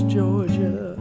Georgia